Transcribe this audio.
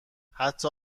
حتی